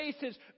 faces